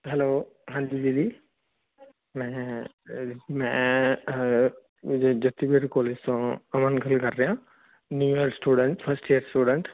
hello ਹਾਂਜੀ ਜੀ